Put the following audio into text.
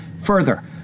Further